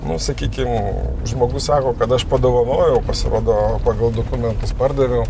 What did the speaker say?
nu sakykim žmogus sako kad aš padovanojau pasirodo pagal dokumentus pardaviau